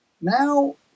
Now